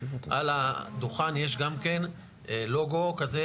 על הדוכן יש גם כן לוגו כזה,